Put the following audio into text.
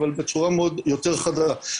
אבל בצורה יותר חדה.